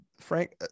Frank